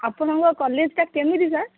ଆପଣଙ୍କ କଲେଜ୍ଟା କେମିତି ସାର୍